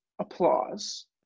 applause